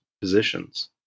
positions